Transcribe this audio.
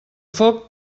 foc